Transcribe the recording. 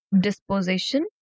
disposition